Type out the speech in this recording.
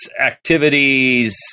Activities